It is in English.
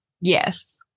Yes